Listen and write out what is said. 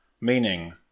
meaning